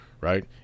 right